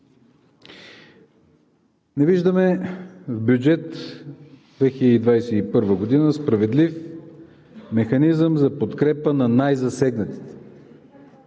Не виждаме в бюджет 2021 справедлив механизъм за подкрепа на най-засегнатите.